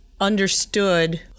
understood